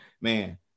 man